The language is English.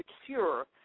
secure